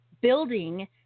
building